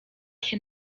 się